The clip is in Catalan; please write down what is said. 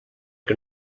que